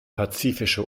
pazifische